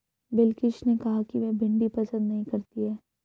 बिलकिश ने कहा कि वह भिंडी पसंद नही करती है